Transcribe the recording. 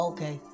Okay